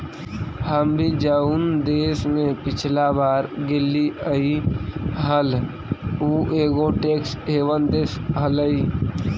हम भी जऊन देश में पिछला बार गेलीअई हल ऊ एगो टैक्स हेवन देश हलई